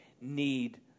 need